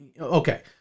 okay